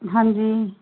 ਹਾਂਜੀ